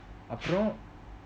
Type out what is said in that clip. அப்புறம்:apram